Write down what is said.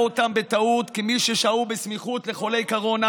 אותם בטעות כמי ששהו בסמיכות לחולי קורונה,